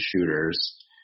shooters